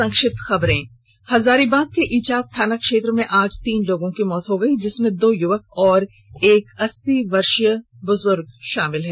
संक्षिप्त खबरें हजारीबाग के इचाक थानाक्षेत्र में आज तीन लोगों की मौत हो गयी जिसमें दो युवक और एक अस्सी वर्षीय बुजुर्ग शामिल है